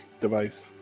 device